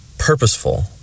Purposeful